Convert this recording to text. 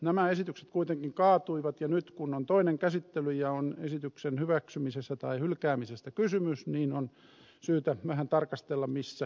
nämä esitykset kuitenkin kaatuivat ja nyt kun on toinen käsittely ja on esityksen hyväksymisestä tai hylkäämisestä kysymys niin on syytä vähän tarkastella missä mennään